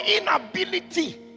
inability